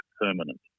permanent